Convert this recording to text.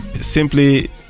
simply